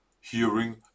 hearing